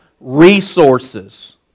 Resources